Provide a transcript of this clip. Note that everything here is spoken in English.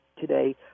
today